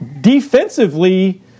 defensively